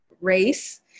race